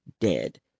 dead